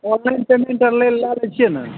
ओ अपन पेमेंट अर लै लए आबै छियै ने